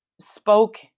spoke